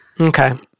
Okay